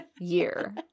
year